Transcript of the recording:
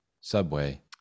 Subway